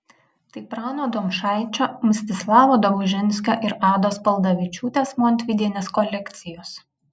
tai prano domšaičio mstislavo dobužinskio ir ados paldavičiūtės montvydienės kolekcijos